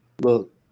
look